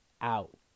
out